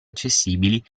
accessibili